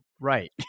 right